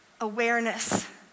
awareness